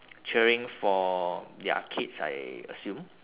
cheering for their kids I assume